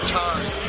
time